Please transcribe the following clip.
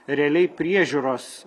realiai priežiūros